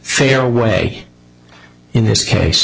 fair way in this case